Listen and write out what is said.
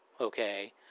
okay